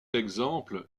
exemple